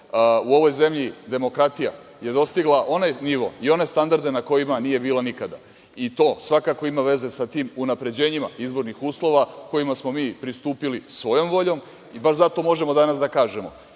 u ovoj zemlji demokratija je dostigla onaj nivo i one standarde na kojima nije bila nikada, i to svakako ima veze sa tim unapređenima izbornih uslova kojima smo mi pristupili svojom voljom i baš zato možemo danas da kažemo